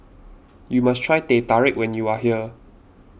you must try Teh Tarik when you are here